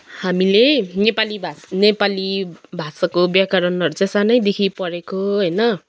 हामीले नेपाली भाषा नेपाली भाषाको व्याकरणहरू चाहिँ सानैदेखि पढेको होइन